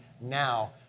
now